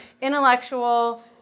intellectual